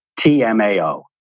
TMAO